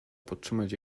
podtrzymać